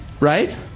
right